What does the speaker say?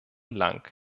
lang